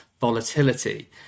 volatility